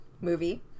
movie